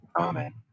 Amen